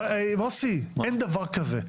אין דבר כזה.